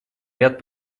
ряд